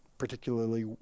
particularly